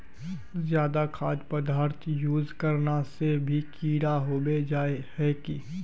ज्यादा खाद पदार्थ यूज करना से भी कीड़ा होबे जाए है की?